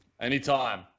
Anytime